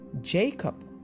Jacob